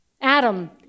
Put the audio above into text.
Adam